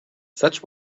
such